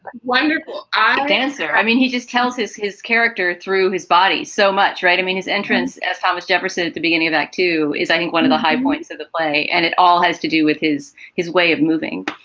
but wonderful dancer i mean, he just tells us his character through his body so much. right. i mean, his entrance as thomas jefferson at the beginning of act two is, i think, one of the high points of the play. and it all has to do with his his way of moving.